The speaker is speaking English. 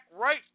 right